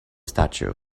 statue